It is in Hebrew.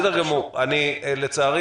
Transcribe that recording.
לצערי